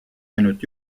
ainult